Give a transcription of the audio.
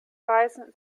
reißen